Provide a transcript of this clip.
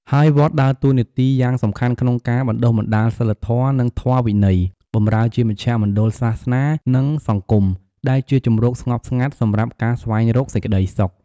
ហើយវត្តដើរតួនាទីយ៉ាងសំខាន់ក្នុងការ បណ្ដុះបណ្ដាលសីលធម៌ និងធម៌វិន័យ បម្រើជាមជ្ឈមណ្ឌលសាសនា និងសង្គម ដែលជាជម្រកស្ងប់ស្ងាត់សម្រាប់ការស្វែងរកសេចក្ដីសុខ។